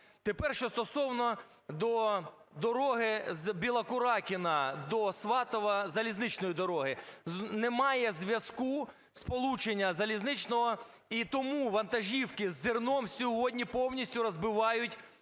Тепер, що стосовно дороги з Білокуракина до Сватова, залізничної дороги. Немає зв'язку, сполучення залізничного, і тому вантажівки з зерном сьогодні повністю розбивають,